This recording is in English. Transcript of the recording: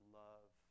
love